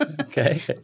Okay